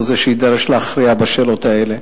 והוא זה שיידרש להכריע בשאלות האלה.